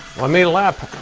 i made a lap.